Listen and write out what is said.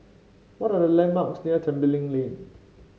what are the landmarks near Tembeling Lane